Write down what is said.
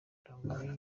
kurangwa